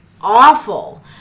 awful